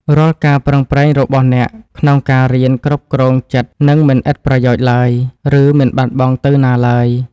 រាល់ការប្រឹងប្រែងរបស់អ្នកក្នុងការរៀនគ្រប់គ្រងចិត្តនឹងមិនឥតប្រយោជន៍ឡើយ ឬ មិនបាត់បង់ទៅណាឡើយ។